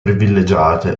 privilegiate